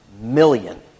million